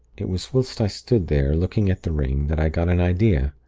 it was whilst i stood there, looking at the ring, that i got an idea.